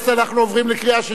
אנחנו עוברים לקריאה שלישית,